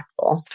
impactful